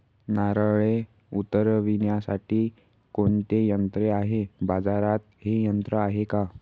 नारळे उतरविण्यासाठी कोणते यंत्र आहे? बाजारात हे यंत्र आहे का?